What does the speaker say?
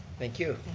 thank you.